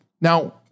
Now